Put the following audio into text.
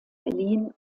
berlin